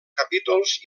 capítols